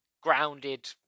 grounded